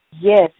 Yes